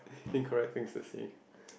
incorrect things to say